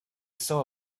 saw